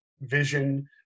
vision